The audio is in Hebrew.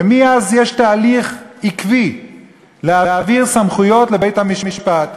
ומאז יש תהליך עקבי להעביר סמכויות לבית-המשפט.